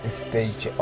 stage